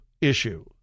issue